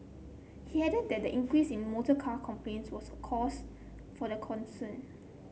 he added that the increase in motorcar complaints was a cause for the concern